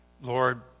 Lord